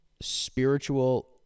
spiritual